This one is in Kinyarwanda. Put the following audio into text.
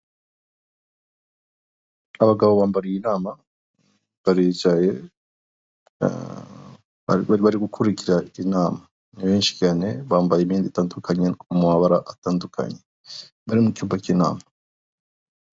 Abagabo bambariye inama baricaye bari gukurikira inama. Ni benshi cyane bambaye imyenda itandukanye mu mabara atandukanye bari mucyumba k'inama.